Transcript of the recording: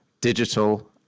digital